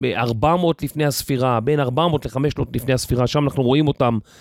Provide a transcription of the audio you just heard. ב-400 לפני הספירה, בין 400 ל-500 לפני הספירה, שם אנחנו רואים אותם.